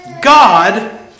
God